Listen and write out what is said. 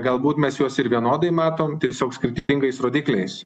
galbūt mes juos ir vienodai matom tiesiog skirtingais rodikliais